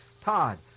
Todd